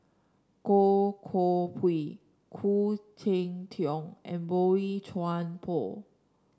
Goh Koh Pui Khoo Cheng Tiong and Boey Chuan Poh